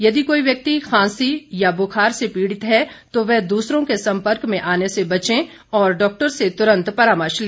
यदि कोई व्यक्ति खांसी या बुखार से पीड़ित है तो वह दूसरों के संपर्क में आने से बचे और डॉक्टर से तुरंत परामर्श ले